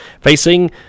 Facing